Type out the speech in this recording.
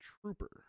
trooper